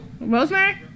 Rosemary